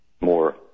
more